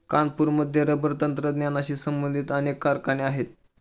कानपूरमध्ये रबर तंत्रज्ञानाशी संबंधित अनेक कारखाने आहेत